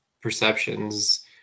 perceptions